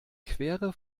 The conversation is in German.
queere